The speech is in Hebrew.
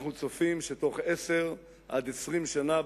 אנחנו צופים שבתוך 10 20 שנה,